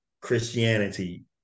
Christianity